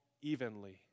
evenly